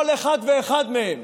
כל אחד ואחד מהם,